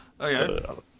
Okay